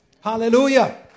Hallelujah